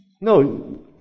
No